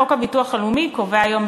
חוק הביטוח הלאומי קובע היום,